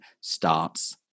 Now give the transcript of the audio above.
starts